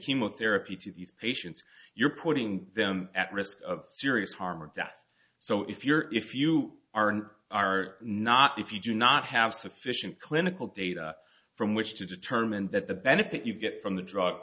chemotherapy to these patients you're putting them at risk of serious harm or death so if you're if you are and are not if you do not have sufficient clinical data from which to determine that the benefit you get from the dr